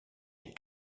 est